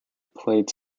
played